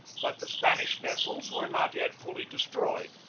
but the spanish ves sels were not yet fully destroyed.